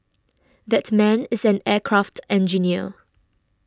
that man is an aircraft engineer